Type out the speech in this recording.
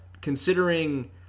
considering